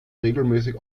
regelmäßig